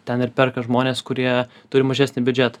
ten ir perka žmonės kurie turi mažesnį biudžetą